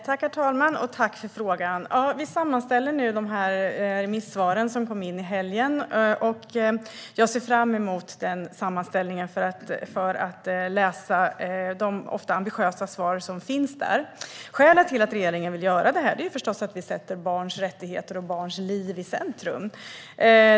Herr talman! Tack för frågan! Vi sammanställer nu de här remissvaren som kom in i helgen. Jag ser fram emot den sammanställningen för att läsa de ofta ambitiösa svar som finns där. Skälet till att regeringen vill göra det här är förstås att vi sätter barns rättigheter och barns liv i centrum.